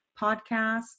podcast